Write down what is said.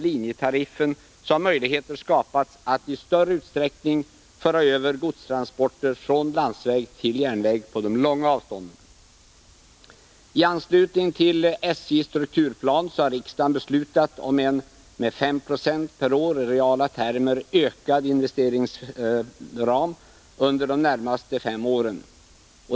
linjetariffen har möjligheter skapats att i större utsträckning föra över godstransporter från landsväg till järnväg på de långa avstånden. I anslutning till SJ:s strukturplan har riksdagen beslutat om en med 5 46 per år i reala termer ökad investeringsram under de närmaste fem åren.